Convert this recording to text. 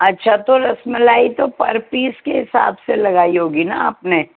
اچھا تو رس ملائی تو پر پیس کے حساب سے لگائی ہوگی نا آپ نے